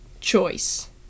choice